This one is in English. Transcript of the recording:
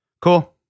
Cool